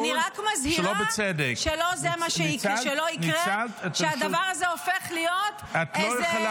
אני רק מזהירה שלא יקרה שהדבר הזה יהפוך להיות ------ סליחה,